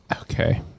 Okay